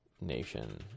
nation